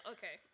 Okay